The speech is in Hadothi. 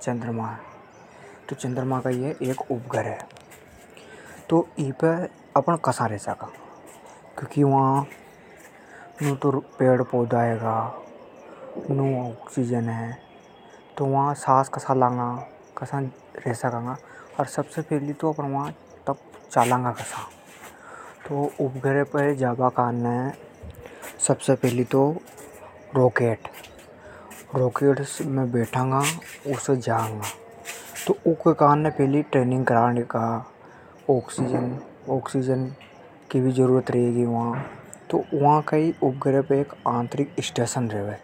चंद्रमा एक उपग्रह है। तो इपे अपण कसा रे सका। न तो वा ऑक्सीजन हे न वा पेड़ पौधा है। उपग्रह जा बा काने रॉकेट से जानी पड़े। उम बैठ के उसे जंगा। ऊके लिए ट्रेनिंग करनी पड़े। ऑक्सीजन की भी जरूरत पड़े वा। उपग्रह पे कई एक आंतरिक स्टेशन रेवे।